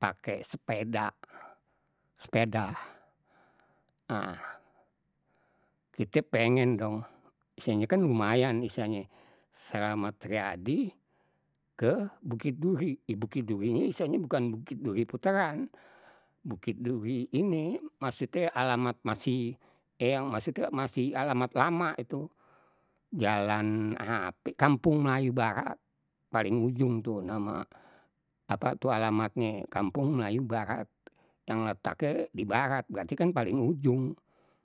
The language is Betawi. pake sepeda, sepeda ah kite pengen dong, istilahnye kan lumayan istilahnye slamet riyadi ke bukit duri, bukit durinye eh istilahnye bukan bukit duri puteran bukit duri ini maksudnye alamat masih eh ya maksudnye masih alamat lama itu jalan kampung melayu barat, paling ujung tu nama apa tu alamatnye kampung melayu barat yang letaknye dibarat berarti kan paling ujung.